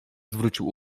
zwrócił